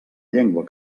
llengua